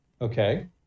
okay